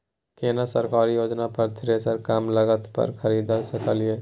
केना सरकारी योजना पर थ्रेसर कम लागत पर खरीद सकलिए?